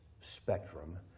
Spectrum